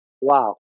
Wow